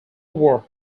work